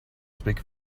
speak